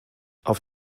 auf